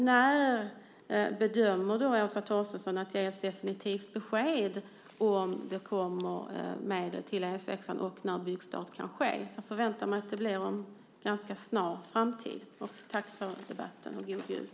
När bedömer Åsa Torstensson att det kan ges definitivt besked om ifall det kommer att ges medel till E 6, och när kan byggstart ske? Jag förväntar mig att det blir inom en ganska snar framtid. Tack för debatten och god jul!